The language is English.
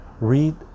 Read